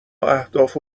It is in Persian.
اهداف